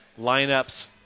lineups